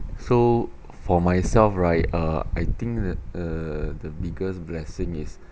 so for myself right uh I think that uh the biggest blessing is